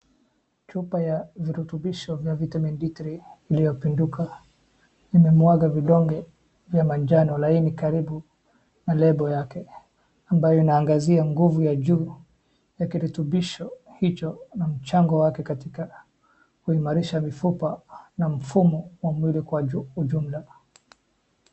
Chupa ya virutubisho vya vitamin D3 iliyopinduka imemwaga vidonge vya manjano laini karibu na label yake ambayo inaangazia nguvu ya juu ya kirutubisho hicho na mchango wake katika kuimarisha mifupa na mfumo wa mwili kwa ujumla.